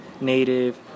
native